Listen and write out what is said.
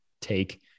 take